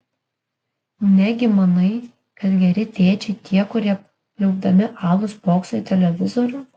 negi manai kad geri tėčiai tie kurie pliaupdami alų spokso į televizorių